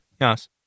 Yes